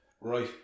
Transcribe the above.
Right